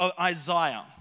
Isaiah